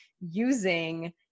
using